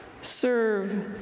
serve